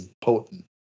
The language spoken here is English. potent